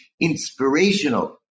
inspirational